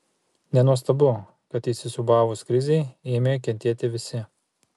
nenuostabu kad įsisiūbavus krizei ėmė kentėti visi